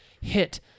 hit